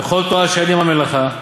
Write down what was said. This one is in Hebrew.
"וכל תורה שאין עמה מלאכה,